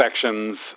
sections